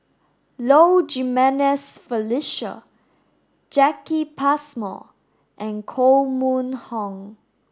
Low Jimenez Felicia Jacki Passmore and Koh Mun Hong